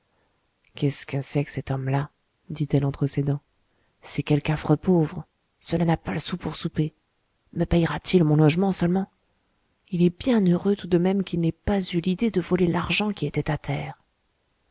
qu'est-ce que c'est que cet homme-là dit-elle entre ses dents c'est quelque affreux pauvre cela n'a pas le sou pour souper me payera t il mon logement seulement il est bien heureux tout de même qu'il n'ait pas eu l'idée de voler l'argent qui était à terre